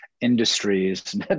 industries